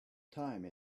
time